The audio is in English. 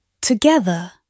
together